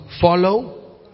Follow